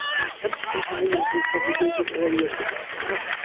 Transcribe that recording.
an attempt to confine them to a segregated area did not pass.